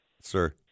Sir